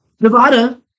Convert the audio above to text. Nevada